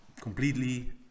completely